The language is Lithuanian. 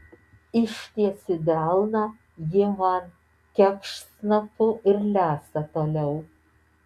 ištiesiu delną ji man kepšt snapu ir lesa toliau